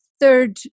third